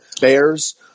Bears